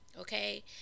Okay